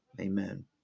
amen